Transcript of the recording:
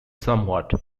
somewhat